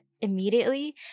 immediately